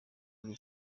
buri